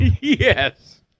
yes